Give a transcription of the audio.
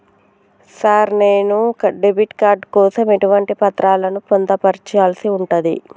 Sir నేను debit card కోసం ఎటువంటి పత్రాలను పొందుపర్చాల్సి ఉంటది?